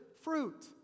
fruit